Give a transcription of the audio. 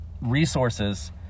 resources